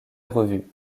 revue